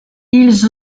ils